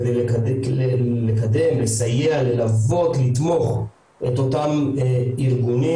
כדי לקדם, לסייע, ללוות, לתמוך את אותם ארגונים.